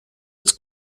its